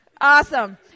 Awesome